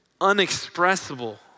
unexpressible